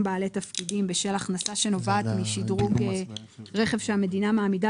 בעלי תפקידים בשל הכנסה שנובעת משדרוג רכב שהמדינה מעמידה